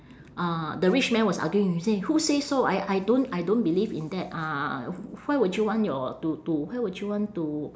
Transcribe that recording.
uh the rich man was arguing he say who say so I I don't I don't believe in that uh why would you want your to to why would you want to